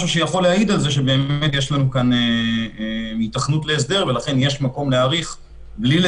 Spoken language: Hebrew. להעיד על כך שבאמת יש כאן היתכנות להסדר ולכן יש מקום להאריך את התקופה,